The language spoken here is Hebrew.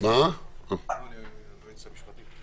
כי הטענה שרשתות המזון היו מחויבות קודם בהתקנת מחיצות ממש לא